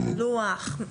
לוח,